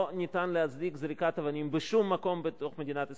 לא ניתן להצדיק זריקת אבנים בשום מקום בתוך מדינת ישראל,